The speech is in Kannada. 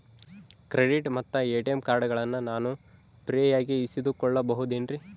ಕ್ರೆಡಿಟ್ ಮತ್ತ ಎ.ಟಿ.ಎಂ ಕಾರ್ಡಗಳನ್ನ ನಾನು ಫ್ರೇಯಾಗಿ ಇಸಿದುಕೊಳ್ಳಬಹುದೇನ್ರಿ?